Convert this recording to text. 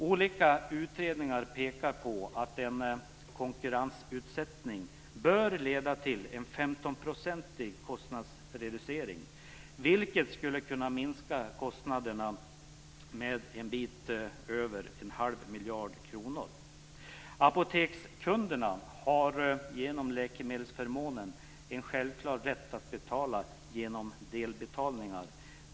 Olika utredningar pekar på att en konkurrensutsättning bör leda till en 15 procentig kostnadsreducering, vilket skulle kunna minska kostnaderna med en bit över en halv miljard kronor. Apotekskunderna har genom läkemedelsförmånen en självklar rätt att betala genom delbetalningar.